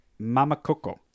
Mamakoko